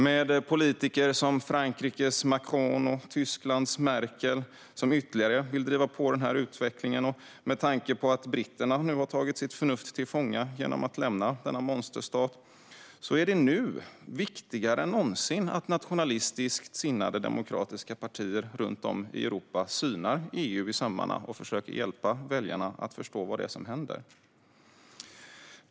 Med politiker som Frankrikes Macron och Tysklands Merkel, som ytterligare vill driva på den här utvecklingen, och med tanke på att britterna nu har tagit sitt förnuft till fånga genom att lämna denna monsterstat är det nu viktigare än någonsin att nationalistiskt sinnade demokratiska partier runt om i Europa synar EU i sömmarna och försöker hjälpa väljarna att förstå vad det är som händer.